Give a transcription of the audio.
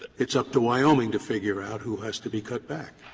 it's up to wyoming to figure out who has to be cut back?